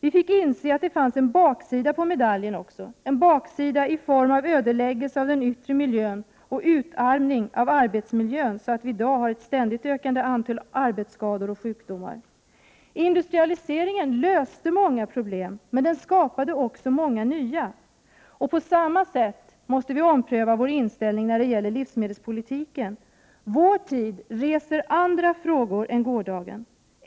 Vi har fått inse att det också fanns en baksida på medaljen, en baksida i form av en ödeläggelse av den yttre miljön och en ” utarmning av arbetsmiljön, så att vi i dag har ett ständigt ökande antal arbetsskador och sjukdomar. Industrialiseringen löste många problem, men den skapade också många nya. Vi måste på samma sätt ompröva vår inställning när det gäller livsmedelspolitiken. Vår tid ställer andra krav än gårdagen.